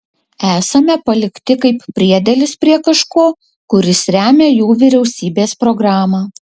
esame palikti kaip priedėlis prie kažko kuris remią jų vyriausybės programą